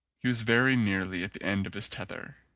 he was very nearly at the end of his tether.